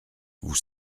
vous